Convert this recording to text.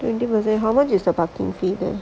twenty percent how much is the parking fee